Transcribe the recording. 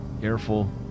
Careful